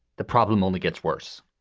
the problem only gets worse.